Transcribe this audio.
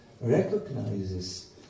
recognizes